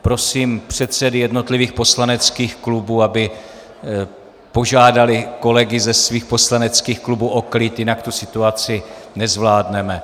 Prosím předsedy jednotlivých poslaneckých klubů, aby požádali kolegy ze svých poslaneckých klubů o klid, jinak situaci nezvládneme.